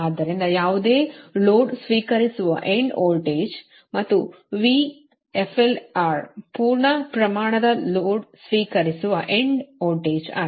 ಆದ್ದರಿಂದ ಯಾವುದೇ ಲೋಡ್ ಸ್ವೀಕರಿಸುವ ಎಂಡ್ ವೋಲ್ಟೇಜ್ ಮತ್ತು VRFL ಪೂರ್ಣ ಪ್ರಮಾಣದ ಲೋಡ್ ಸ್ವೀಕರಿಸುವ ಎಂಡ್ ವೋಲ್ಟೇಜ್ ಆಗಿದೆ